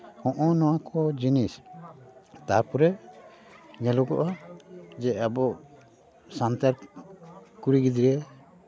ᱦᱚᱸᱜᱼᱚ ᱱᱚᱣᱟᱠᱚ ᱡᱤᱱᱤᱥ ᱛᱟᱨᱯᱚᱨᱮ ᱧᱮᱞᱚᱜᱚᱜᱼᱟ ᱡᱮ ᱟᱵᱚ ᱥᱟᱱᱛᱟᱲ ᱠᱩᱲᱤ ᱜᱤᱫᱽᱨᱟᱹ